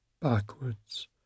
backwards